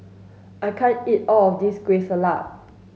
I can't eat all of this Kueh Salat